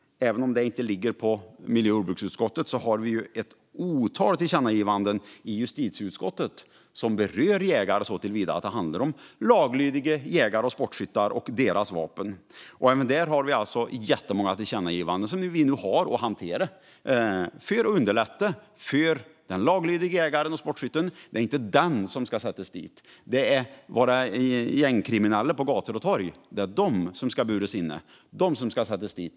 Även om det inte ligger på miljö och jordbruksutskottet har vi ett otal tillkännagivanden i justitieutskottet som berör jägare såtillvida att det handlar om laglydiga jägare och sportskyttar och deras vapen. Även där har vi jättemånga tillkännagivanden som vi nu har att hantera. Det handlar om att underlätta för den laglydige jägaren och sportskytten. Det är inte den som ska sättas dit. Det är våra gängkriminella på gator och torg som ska buras in och sättas dit.